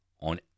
on